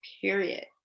period